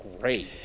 great